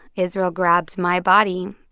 israel grabbed my body.